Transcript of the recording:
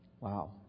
Wow